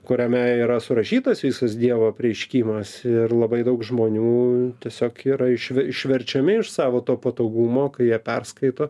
kuriame yra surašytas visas dievo apreiškimas ir labai daug žmonių tiesiog kirai išverčiami iš savo to patogumo kai jie perskaito